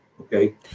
Okay